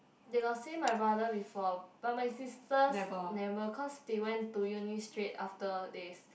they got say my brother before but my sisters never cause they went to Uni straight after they